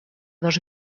dos